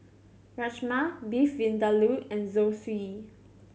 Rajma Beef Vindaloo and Zosui